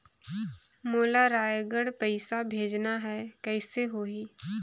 मोला रायगढ़ पइसा भेजना हैं, कइसे होही?